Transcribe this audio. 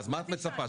מה את מצפה,